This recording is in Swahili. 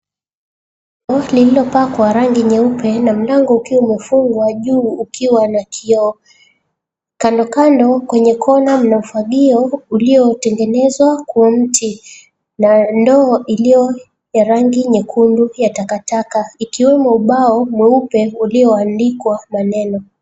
Lililopakwa rangi nyeupe na mlango ukiwa umefunga ukiwa na kioo. Kandokando kwenye kona mna ufagio uliotengenezwa kwa mti na ndoo iliyo ya rangi nyekundu ya takataka, ikiwemo ubao mweupe ulioandikwa maneno.